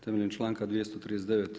Temeljem članka 239.